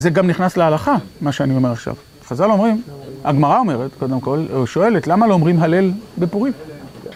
זה גם נכנס להלכה, מה שאני אומר עכשיו. חז'ל אומרים, הגמרא אומרת קודם כל, היא שואלת את למה לא אומרים הלל בפורים?